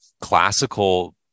classical